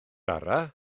araf